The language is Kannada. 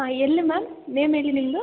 ಹಾಂ ಎಲ್ಲಿ ಮ್ಯಾಮ್ ನೇಮ್ ಹೇಳಿ ನಿಮ್ದು